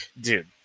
Dude